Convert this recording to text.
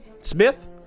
Smith